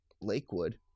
Lakewood